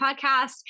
Podcast